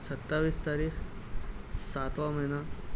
ستائیس تاریخ ساتواں مہینہ